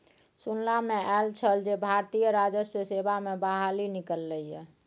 सुनला मे आयल छल जे भारतीय राजस्व सेवा मे बहाली निकललै ये